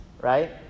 right